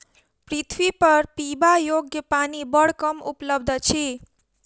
पृथ्वीपर पीबा योग्य पानि बड़ कम उपलब्ध अछि